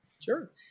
Sure